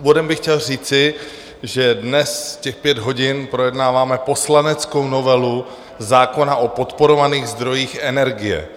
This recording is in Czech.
Úvodem bych chtěl říci, že dnes těch pět hodin projednáváme poslaneckou novelu zákona o podporovaných zdrojích energie.